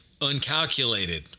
uncalculated